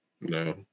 No